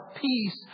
peace